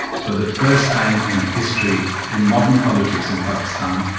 for the first time in history in modern politics in pakistan,